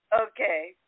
Okay